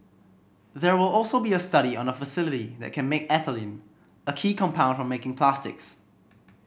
there will also be a study on a facility that can make ethylene a key compound for making plastics